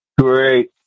Great